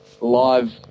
live